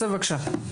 יוסף בבקשה.